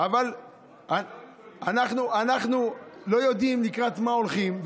אבל אנחנו לא יודעים לקראת מה הולכים,